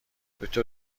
دکتر